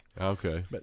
Okay